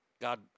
God